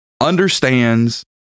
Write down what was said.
understands